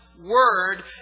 word